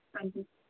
ਹਾਂਜੀ